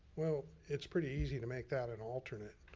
well, it's pretty easy to make that an alternate.